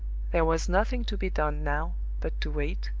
there was nothing to be done now but to wait,